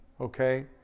Okay